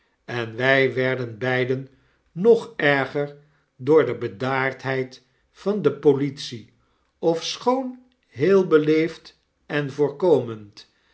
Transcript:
en wij werden beiden nog erger door de bedaardheid van de politie ofschoon heel beleefd en voorkomend